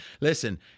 listen